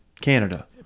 Canada